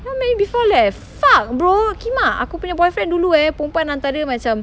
tell you before leh fuck bro kimak aku punya boyfriend dulu eh perempuan hantar dia macam